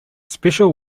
special